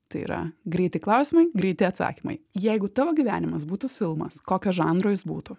tai yra greiti klausimai greiti atsakymai jeigu tavo gyvenimas būtų filmas kokio žanro jis būtų